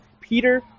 Peter